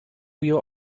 your